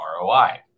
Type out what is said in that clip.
ROI